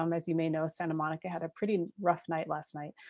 um as you may know santa monica had a pretty rough night last night.